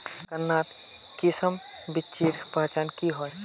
गन्नात किसम बिच्चिर पहचान की होय?